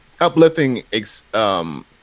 uplifting